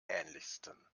ähnlichsten